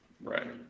Right